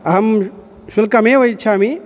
अहं शुल्कमेव इच्छामि